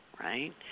right